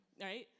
right